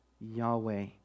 Yahweh